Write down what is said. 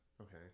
Okay